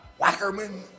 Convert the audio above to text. Wackerman